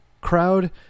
crowd